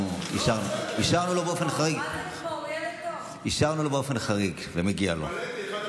אישרנו לו באופן חריג ומגיע לו.